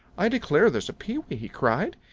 i declare, there's pee-wee, he cried.